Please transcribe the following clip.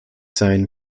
sein